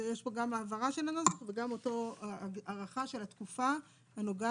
יש פה גם הבהרה של הנוסח וגם הארכה של התקופה הנוגעת